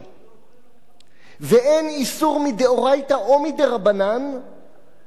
ואין איסור מדאורייתא או מדרבנן להפוך את חוק